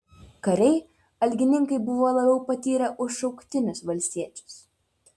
kariai algininkai buvo labiau patyrę už šauktinius valstiečius